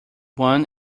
one